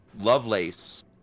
Lovelace